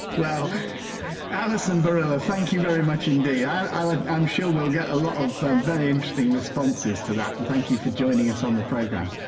well allyson bieryla thank you very much indeed. i'm i'm ah sure we'll get a lot of ah very interesting responses to that and thank you for joining us on the programme.